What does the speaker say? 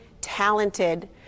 talented